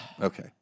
Okay